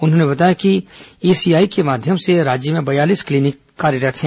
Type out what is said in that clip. उन्होंने बताया कि ईसीआई के माध्यम से राज्य में बयालीस क्लीनिक कार्यरत हैं